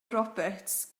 roberts